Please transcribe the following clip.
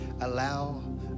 allow